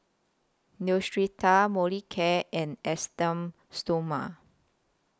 Neostrata Molicare and Esteem Stoma